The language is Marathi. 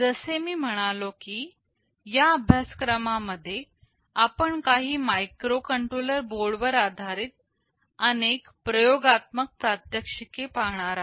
जसे मी म्हणालो की या अभ्यासक्रमामध्ये आपण काही मायक्रोकंट्रोलर बोर्ड वर आधारित अनेक प्रयोगात्मक प्रात्यक्षिके पाहणार आहे